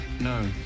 no